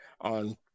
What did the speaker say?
On